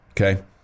Okay